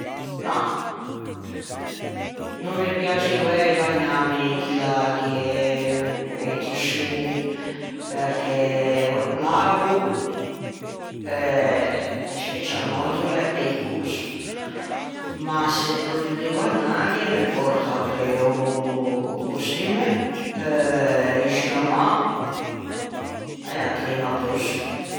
mah no me piaxe guæi bagnâme inti laghi e inti sciummi perché o lago in special mòddo o l'é peigôso ma se proprio devo anâghe me pòrto appreu o costumme un sciugaman e a cremma pe-o sô